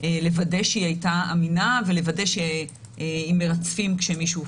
לוודא שהיא הייתה אמינה ולוודא שמרצפים כשמישהו חיובי.